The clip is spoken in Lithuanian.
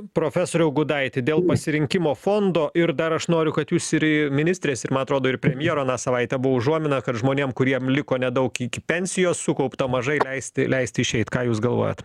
profesoriau gudaiti dėl pasirinkimo fondo ir dar aš noriu kad jūs ir ministrės ir man atrodo ir premjero aną savaitę buvo užuomina kad žmonėm kuriem liko nedaug iki pensijos sukaupta mažai leisti leisti išeit ką jūs galvojat